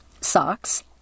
socks